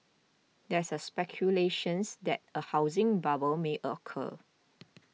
there is speculation that a housing bubble may occur